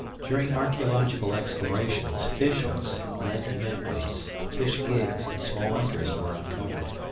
during archeological explorations, fishhooks, lead net weights, fish-gigs, and small anchors were uncovered.